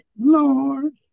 Lord